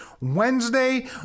Wednesday